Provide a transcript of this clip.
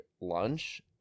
lunch